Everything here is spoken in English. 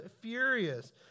furious